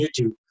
YouTube